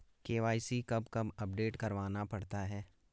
KYC कब कब update करवाना पड़ता है?